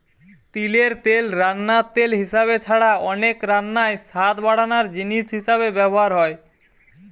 তিলের তেল রান্নার তেল হিসাবে ছাড়া অনেক রান্নায় স্বাদ বাড়ানার জিনিস হিসাবে ব্যভার হয়